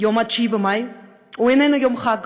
יום ה-9 במאי הוא איננו יום חג.